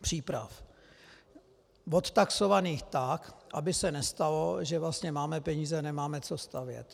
Příprav odtaxovaných tak, aby se nestalo, že vlastně máme peníze, ale nemáme co stavět.